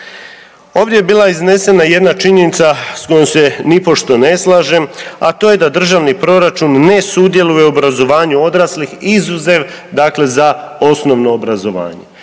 Ovdje je bila iznesena jedna činjenica s kojom se nipošto ne slažem a to je da državni proračun ne sudjeluje u obrazovanju odraslih izuzev dakle za osnovno obrazovanje.